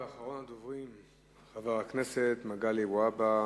אחרון הדוברים, חבר הכנסת מגלי והבה.